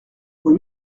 rue